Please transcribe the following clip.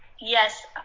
yes